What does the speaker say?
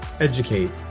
educate